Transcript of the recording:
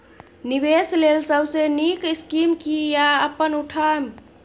निवेश लेल सबसे नींक स्कीम की या अपन उठैम?